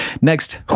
next